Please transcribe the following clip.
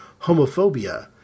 homophobia